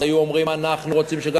היו אומרים: רוצים שגם